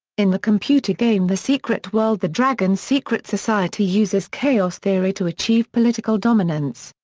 in the computer game the secret world the dragon secret society uses chaos theory to achieve political dominance.